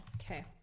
Okay